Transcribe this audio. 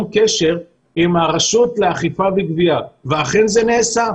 קשר עם הרשות לאכיפה וגבייה ואכן זה נעשה.